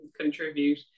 contribute